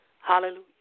Hallelujah